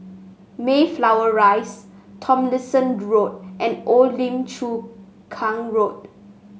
Mayflower Rise Tomlinson Road and Old Lim Chu Kang Road